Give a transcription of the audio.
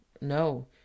No